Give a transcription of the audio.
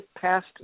passed